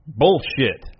bullshit